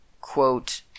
quote